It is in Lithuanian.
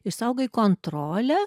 išsaugai kontrolę